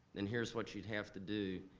and here's what you'd have to do.